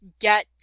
get